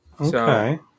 Okay